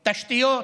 תשתיות,